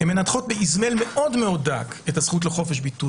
מנתחות באזמל מאוד-מאוד דק את הזכות לחופש ביטוי